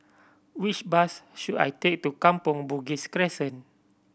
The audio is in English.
which bus should I take to Kampong Bugis Crescent